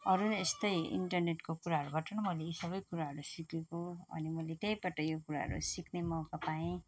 अरू यस्तो इन्टरनेटको कुराहरूबाट मैले यी सबै कुराहरू सिकेको अनि मैले त्यहीबाट यो कुराहरू सिक्ने मौका पाएँ